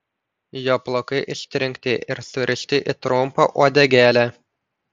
jo plaukai ištrinkti ir surišti į trumpą uodegėlę